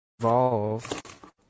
Evolve